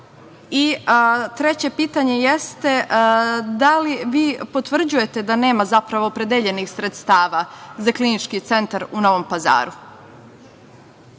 Treće pitanje – da li vi potvrđujete da nema opredeljenih sredstava za Klinički centar u Novom Pazaru?